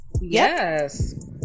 Yes